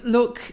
Look